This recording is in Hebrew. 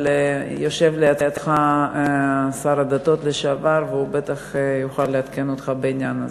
יושב לידך שר הדתות לשעבר והוא בטח יוכל לעדכן אותך בעניין הזה.